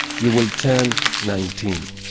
you will turn nineteen.